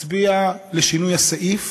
תצביע לשינוי הסעיף,